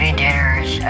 dinners